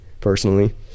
personally